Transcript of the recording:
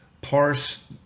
parse